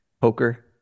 poker